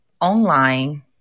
online